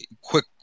quick